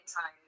time